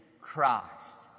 Christ